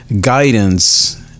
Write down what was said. guidance